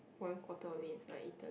one quarter of it is like eaten